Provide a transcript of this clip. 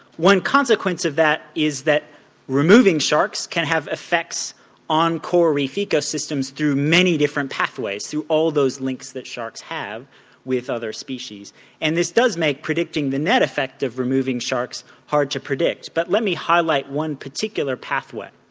one consequence of that is that removing sharks can have effects on coral reef eco systems through many different pathways through all those links that sharks have with other species and this does make predicting the net effect of removing sharks hard to predict. but let me highlight one particular pathway.